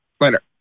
Later